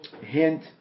hint